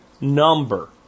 number